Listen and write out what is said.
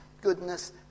goodness